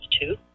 two